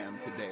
today